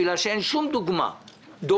בגלל שאין שום דוגמה דומה,